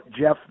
Jeff